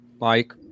Mike